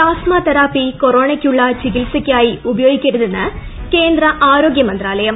പ്താസ്മ therapy കൊറോണയ്ക്കുള്ള ചികിത്സയ്ക്കായി ഉപയോഗിക്കരുതെന്ന് കേന്ദ്ര ആരോഗ്യമന്ത്രാലയം